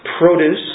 produce